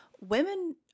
women